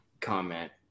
comment